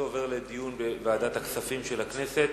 הנושא עובר לדיון בוועדת הכספים של הכנסת.